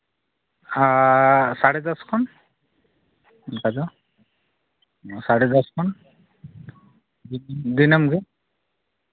ᱥᱟᱲᱮ ᱫᱚᱥ ᱠᱷᱚᱱ ᱚᱱᱠᱟ ᱫᱚ ᱥᱟᱲᱮ ᱫᱚᱥ ᱠᱷᱚᱱ ᱫᱤᱱᱟᱹᱢᱜᱮ